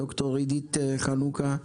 ד"ר עידית חנוכה,